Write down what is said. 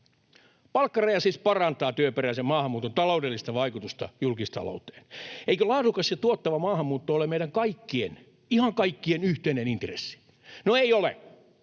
Palkkaraja siis parantaa työperäisen maahanmuuton taloudellista vaikutusta julkistalouteen. Eikö laadukas ja tuottava maahanmuutto ole meidän kaikkien, ihan kaikkien, yhteinen intressi? No ei ole.